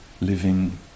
living